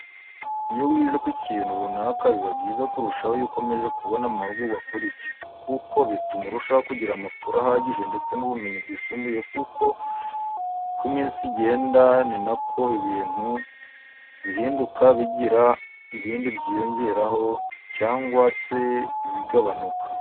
Iyo wize ku kintu runaka biba byiza kurushaho iyo ukomeje kubona amahugurwa kuri icyo kintu. Kuko bituma urushaho kugira amakuru ahagije ndetse n'ubumenyi bwisumbuyeho kuko uko iminsi igenda ni na ko ibintu bigenda bihinduka bigira ibindi byiyongeraho cyangwa se bigabanuka.